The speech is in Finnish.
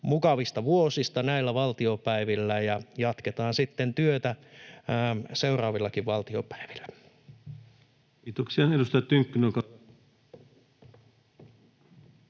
mukavista vuosista näillä valtiopäivillä, ja jatketaan sitten työtä seuraavillakin valtiopäivillä. [Speech